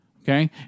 Okay